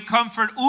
Comfort